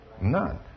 None